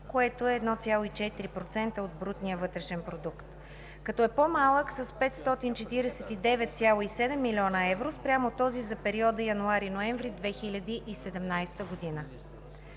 което е 1,4% от брутния вътрешен продукт, като е по-малък с 549,7 млн. евро спрямо този за периода януари-ноември 2017 г.